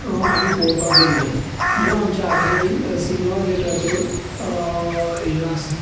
आमी पळोवपाक गेल्ले ह्यो आमच्यो आठवणी सिनेमा थिएटराच्यो ह्यो आसात